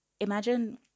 Imagine